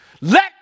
let